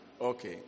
Okay